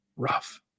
Rough